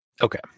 okay